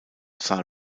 sah